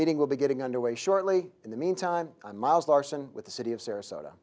meeting will be getting under way shortly in the mean time i'm miles larson with the city of sarasota